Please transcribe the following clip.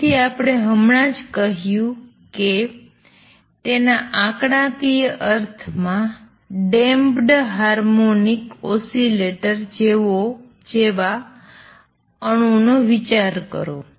તેથી આપણે હમણાં જ કહ્યું છે કે તેના આંકડાકીય અર્થમાં ડેમ્પ્ડ હાર્મોનિક ઓસિલેટર જેવા અણુનો વિચાર કરો